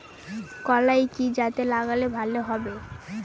কলাই কি জাতে লাগালে ভালো হবে?